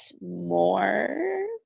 more